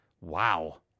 Wow